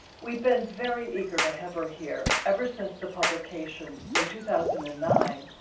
we've been very eager to have her here ever since the publication, in two thousand and nine,